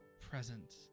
present